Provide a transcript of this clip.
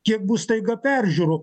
kiek bus staiga peržiūrų